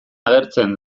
agertzen